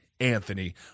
Anthony